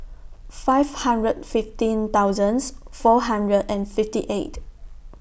five hundred fifteen thousands four hundred and fifty eight